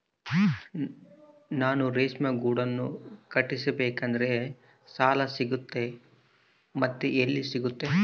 ನಾನು ರೇಷ್ಮೆ ಗೂಡನ್ನು ಕಟ್ಟಿಸ್ಬೇಕಂದ್ರೆ ಸಾಲ ಸಿಗುತ್ತಾ ಮತ್ತೆ ಎಲ್ಲಿ ಸಿಗುತ್ತೆ?